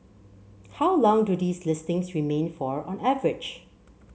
how long do these listings remain for on average